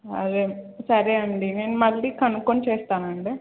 అదే సరే అండి నేను మళ్ళీ కనుక్కుని చేస్తానండి